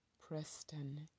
Preston